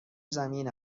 زمین